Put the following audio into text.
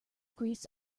grease